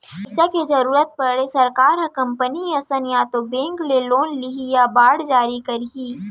पइसा के जरुरत पड़े सरकार ह कंपनी असन या तो बेंक ले लोन लिही या बांड जारी करही